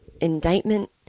indictment